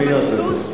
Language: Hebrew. עם מי נעשה סולחה?